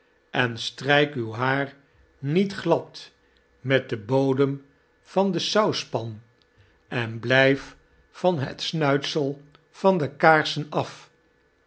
en stryk uw haar niet glad met den bodem van de sauspan en blyf van het snuitsel van de kaarsen af